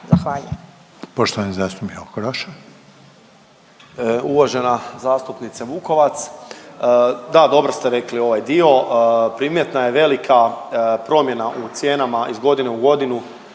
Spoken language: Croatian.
Okroša. **Okroša, Tomislav (HDZ)** Uvažena zastupnice Vukovac, da dobro ste rekli ovaj dio, primjetna je velika promjena u cijenama iz godine u godinu